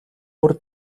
мөр